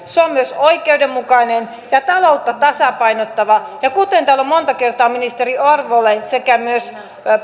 se on myös oikeudenmukainen ja taloutta tasapainottava ja kuten täällä on monta kertaa ministeri orvolle sekä myös